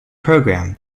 program